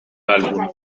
álbum